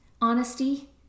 honesty